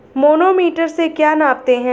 Manometer से क्या नापते हैं?